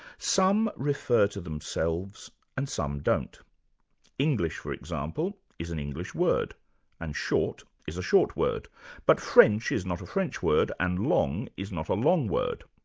some refer to themselves and some don't english for example is an english word and short is a short word but french is not a french word and long is not a long word.